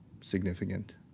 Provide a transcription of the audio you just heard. significant